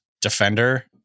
defender